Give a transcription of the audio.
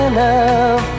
love